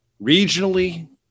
regionally